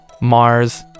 Mars